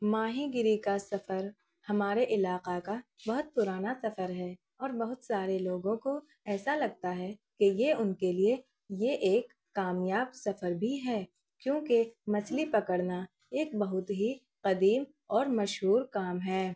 ماہی گیری کا سفر ہمارے علاقہ کا بہت پرانا سفر ہے اور بہت سارے لوگوں کو ایسا لگتا ہے کہ یہ ان کے لیے یہ ایک کامیاب سفر بھی ہے کیونکہ مچھلی پکڑنا ایک بہت ہی قدیم اور مشہور کام ہے